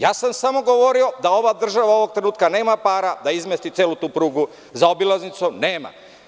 Samo sam govorio da ova država ovog trenutka nema para da izmesti celu tu prugu zaobilaznicom, nema.